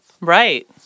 Right